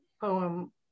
poem